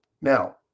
Now